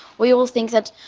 we all think that,